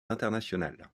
internationales